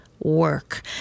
work